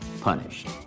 punished